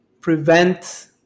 prevent